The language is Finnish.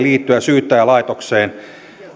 liittyen syyttäjälaitokseen